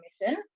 mission